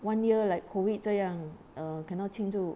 one year like COVID 这样 cannot 庆祝